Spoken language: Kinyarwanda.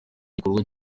igikorwa